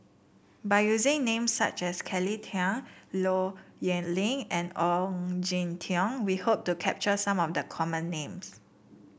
by using names such as Kelly Tang Low Yen Ling and Ong Jin Teong we hope to capture some of the common names